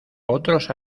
otros